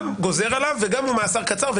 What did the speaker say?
גם גוזר עליו וגם הוא הולך למאסר קצר.